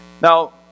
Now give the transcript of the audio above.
Now